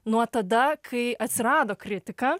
nuo tada kai atsirado kritika